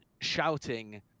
shouting